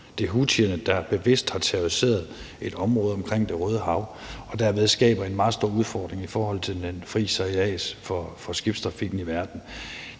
Det er houthierne, der bevidst har terroriseret et område omkring Det Røde Hav og derved skaber en meget stor udfordring i forhold til den frie sejlads for skibstrafikken i verden.